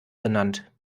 benannt